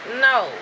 No